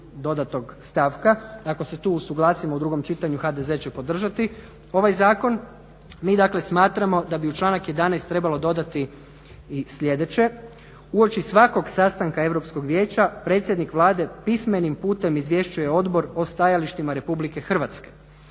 dodatnog stavka, ako se tu usuglasimo u drugom čitanju, HDZ će podržati ovaj Zakon. Mi dakle smatramo da bi u članak 11. trebalo dodati i sljedeće: "Uoči svakog sastanka Europskog vijeća predsjednik Vlade pismenim putem izvješćuje Odbor o stajalištima Republike Hrvatske.